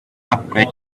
upgrade